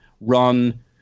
Run